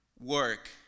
work